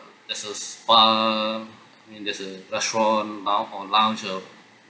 there's a spa I mean there's a restaurant lou~ or lounge or